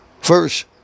First